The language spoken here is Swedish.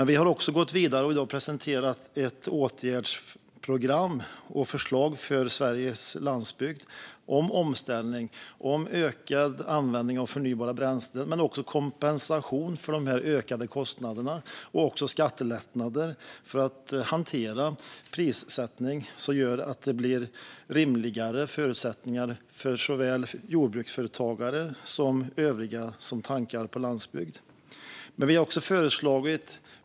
Vi har gått vidare och presenterat ett åtgärdsprogram för Sveriges landsbygd med förslag på omställning, ökad användning av förnybara bränslen, kompensation för de ökade kostnaderna och skattelättnader för att hantera prissättningen. Detta skulle göra förutsättningarna rimligare såväl för jordbruksföretagare som för övriga som tankar på landsbygden.